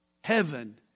Heaven